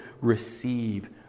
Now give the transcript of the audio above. receive